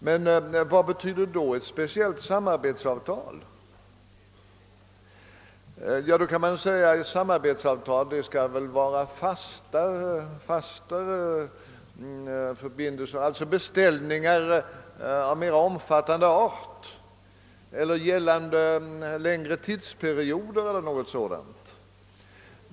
Det finns risk för att ett samarbetsavtal ger en så fast förbindelse, att det blir fråga om beställningar av mera omfattande art eller avseende längre tidsperioder eller något sådant.